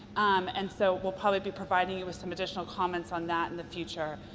and so we'll probably be providing you with some additional comments on that in the future.